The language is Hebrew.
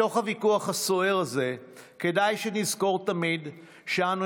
בתוך הוויכוח הסוער הזה כדאי שנזכור תמיד שאנו